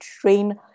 train